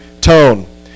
tone